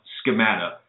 schemata